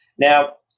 now,